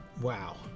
Wow